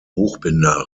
buchbinder